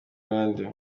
bande